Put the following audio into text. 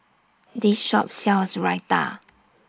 This Shop sells Raita